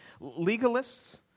Legalists